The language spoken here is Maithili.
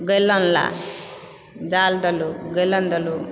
गैलन ला जाल देलुँ गैलन देलूँ